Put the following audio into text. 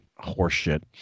horseshit